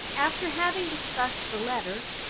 after having discussed the letter,